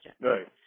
Right